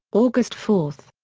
august four.